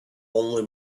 only